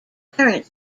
current